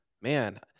man